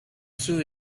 sue